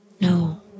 No